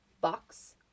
Box